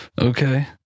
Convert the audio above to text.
Okay